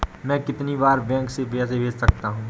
मैं कितनी बार बैंक से पैसे भेज सकता हूँ?